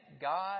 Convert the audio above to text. God